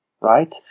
right